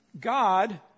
God